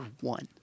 one